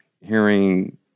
hearing